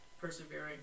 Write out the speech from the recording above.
persevering